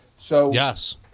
Yes